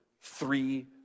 three